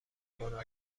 کنم